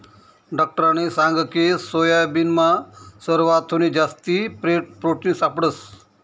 डाक्टरनी सांगकी सोयाबीनमा सरवाथून जास्ती प्रोटिन सापडंस